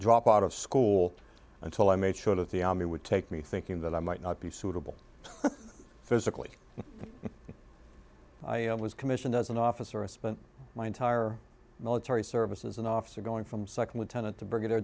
drop out of school until i made sure that the army would take me thinking that i might not be suitable physically i was commission does an officer of spent my entire military services an officer going from second lieutenant to bri